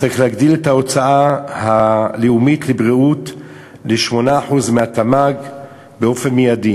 צריך להגדיל את ההוצאה הלאומית לבריאות ל-8% מהתמ"ג באופן מיידי,